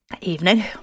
Evening